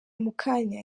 mukanya